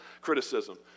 Criticism